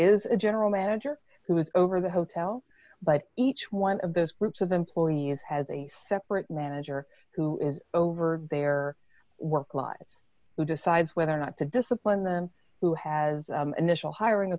is a general manager who is over the hotel but each one of those groups of employees has a separate manager who is over their work lives who decides whether or not to discipline them who has initial hiring